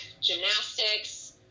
gymnastics